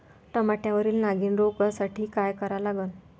टमाट्यावरील नागीण रोगसाठी काय करा लागन?